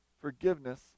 forgiveness